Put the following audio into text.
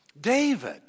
David